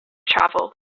travel